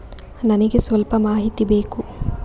ನನಿಗೆ ಸ್ವಲ್ಪ ಮಾಹಿತಿ ಬೇಕು